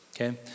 okay